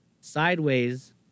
sideways